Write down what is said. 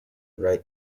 right